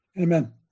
Amen